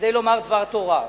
כדי לומר דבר תורה.